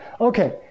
Okay